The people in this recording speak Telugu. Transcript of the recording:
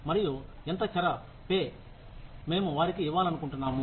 మరియు ఎంత చర పే మేము వారికి ఇవ్వాలనుకుంటున్నాము